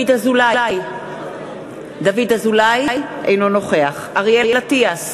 דוד אזולאי, אינו נוכח אריאל אטיאס,